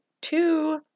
two